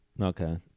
Okay